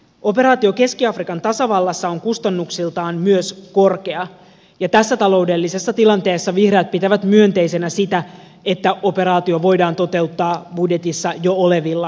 operaatio keski afrikan tasavallassa on kustannuksiltaan myös korkea ja tässä taloudellisessa tilanteessa vihreät pitävät myönteisenä sitä että operaatio voidaan toteuttaa budjetissa jo olevilla määrärahoilla